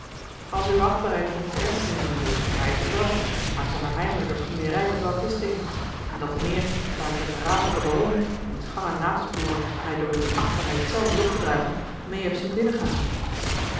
uwe achtbaarheid er niets erger in zien wil mij is het wel maar ik zag er heimelijke knoeierij met de papisten in en dat te meer daar ik den verraderlijken baron wiens gangen na te sporen mij door uwe achtbaarheid zelf is opgedragen meê heb zien binnengaan